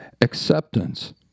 Acceptance